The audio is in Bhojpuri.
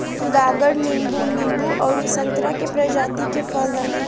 गागर नींबू, नींबू अउरी संतरा के प्रजाति के फल हवे